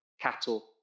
cattle